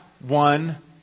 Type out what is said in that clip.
one